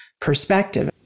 perspective